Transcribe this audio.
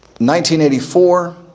1984